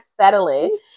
settling